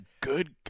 good